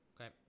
Okay